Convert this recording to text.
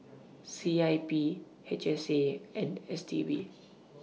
C I P H S A and S T B